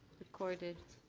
recorded.